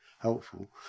helpful